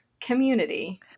community